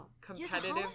competitive